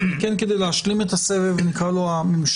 כדי להשלים את הסבב הממשלתי,